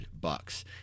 bucks